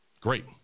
Great